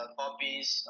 copies